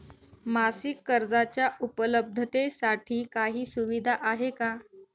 मासिक कर्जाच्या उपलब्धतेसाठी काही सुविधा आहे का?